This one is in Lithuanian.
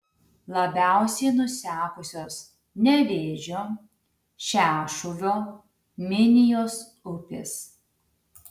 labiausiai nusekusios nevėžio šešuvio minijos upės